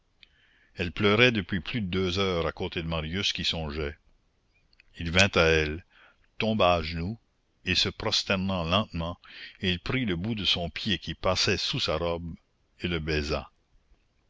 elle pleurait depuis plus de deux heures à côté de marius qui songeait il vint à elle tomba à genoux et se prosternant lentement il prit le bout de son pied qui passait sous sa robe et le